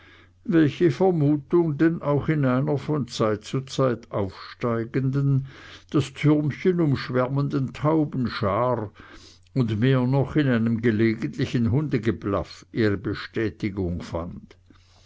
welche vermutung denn auch in einer von zeit zu zeit aufsteigenden das türmchen umschwärmenden taubenschar und mehr noch in einem gelegentlichen hundegeblaff ihre bestätigung fand